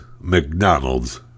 McDonald's